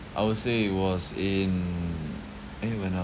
I would say it was in eh when I